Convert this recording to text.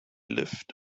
lived